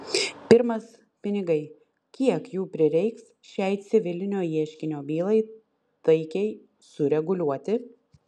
pirmas pinigai kiek jų prireiks šiai civilinio ieškinio bylai taikiai sureguliuoti